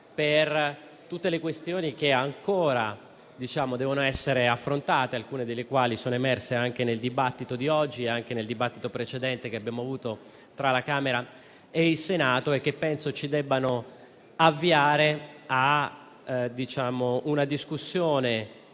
per tutte le questioni che ancora devono essere affrontate, alcune delle quali emerse nel dibattito di oggi e anche nel dibattito precedente che abbiamo avuto tra la Camera e il Senato. Io penso che tale ratifica ci debba avviare a una discussione